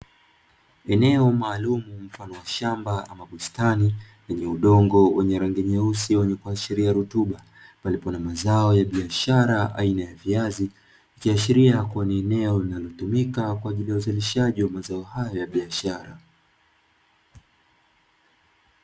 Eneo maalumu mfano wa shamba ama bustani lenye udongo wenye rangi nyeusi wenye kuashiria rutuba palipo na mazo ya biashara aina ya viazi, likiashiria kuwa ni eneo linalotumika kwa ajili ya uzalishaji wa zao hilo la biashara.